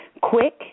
quick